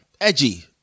Edgy